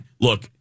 look